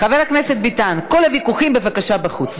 חבר הכנסת ביטן, כל הוויכוחים, בבקשה בחוץ.